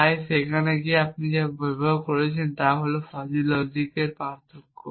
তাই যেখানে আমরা এখানে যা ব্যবহার করছি তা হল ফাজি লজিক এর পার্থক্য